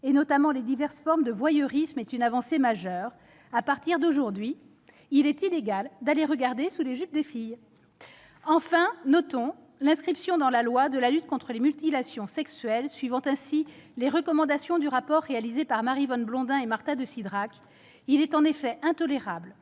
notamment les diverses formes de voyeurisme, est une avancée majeure. À partir de ce jour, il est illégal d'aller regarder sous les jupes des filles. Enfin, notons l'inscription dans la loi de la lutte contre les mutilations sexuelles, suivant les recommandations du rapport réalisé par Maryvonne Blondin et Marta de Cidrac. Il est en effet intolérable